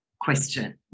question